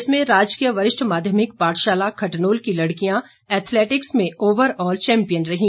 इसमें राजकीय वरिष्ठ माध्यमिक पाठशाला खटनोल की लड़कियां एथेलेटिक्स में ओवर ऑल चैम्पियन रहीं